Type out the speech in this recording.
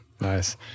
Nice